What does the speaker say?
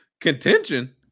Contention